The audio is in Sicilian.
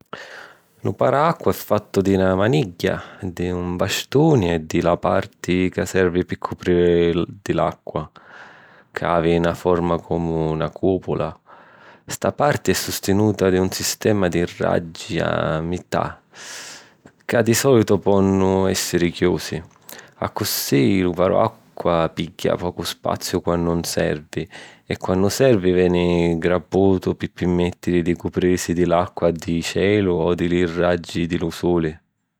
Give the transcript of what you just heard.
Lu paracqua è fattu di na manigghia, di un vastuni e di la parti ca servi pi cupriri di l’acqua, ca havi na forma comu na cùpula. Sta parti è sustinuta di un sistema di raji a mità, ca di sòlitu ponnu èssiri chiusi. Accussì, lu paracqua pigghia pocu spaziu quannu nun servi, o quannu servi veni graputu pi pirmèttiri di cuprìrisi di l'acqua di celu o di li raji di lu suli.